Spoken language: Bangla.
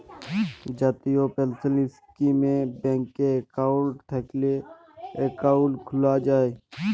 জাতীয় পেলসল ইস্কিমে ব্যাংকে একাউল্ট থ্যাইকলে একাউল্ট খ্যুলা যায়